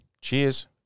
Cheers